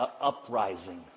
uprising